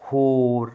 ਹੋਰ